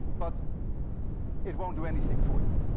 but it won't do anything for you.